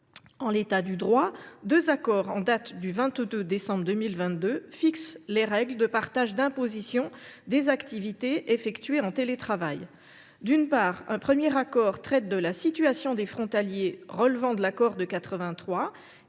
En l’état du droit, deux accords en date du 22 décembre 2022 fixent les règles de partage d’imposition des activités effectuées en télétravail. Un premier accord traite de la situation des frontaliers relevant de l’accord de 1983